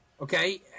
okay